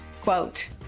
quote